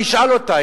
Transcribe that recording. תשאל אותה,